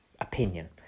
opinion